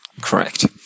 correct